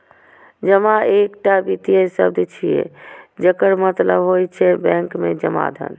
जमा एकटा वित्तीय शब्द छियै, जकर मतलब होइ छै बैंक मे जमा धन